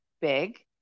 big